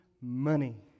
money